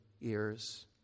ears